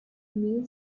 neil